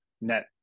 net